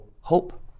Hope